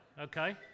okay